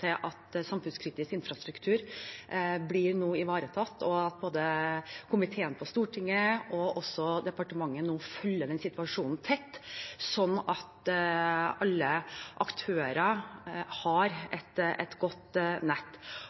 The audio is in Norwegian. til at samfunnskritisk infrastruktur nå blir ivaretatt. Både komiteen på Stortinget og departementet følger nå situasjonen tett, slik at alle aktører har et godt nett.